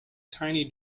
tiny